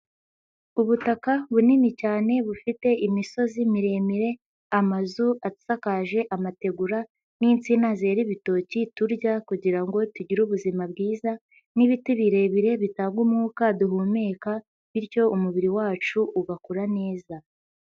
Ubutaka bunini cyane bufite imisozi miremire, amazu asakaje amategura n'insinazera ibitoki turya kugira ngo tugire ubuzima bwiza n'ibiti birebire bitanga umwuka duhumeka, bityo umubiri wacu ugakora neza.